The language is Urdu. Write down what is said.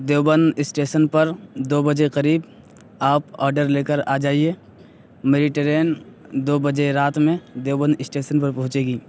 دیوبند اسٹیشن پر دو بجے قریب آپ آرڈر لے کر آ جائیے میری ٹرین دو بجے رات میں دیوبند اسٹیشن پر پہنچے گی